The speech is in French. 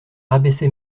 rabaissé